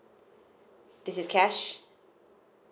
this is cash